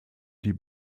die